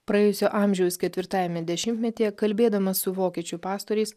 praėjusio amžiaus ketvirtajame dešimtmetyje kalbėdamas su vokiečių pastoriais